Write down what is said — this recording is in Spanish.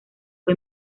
fue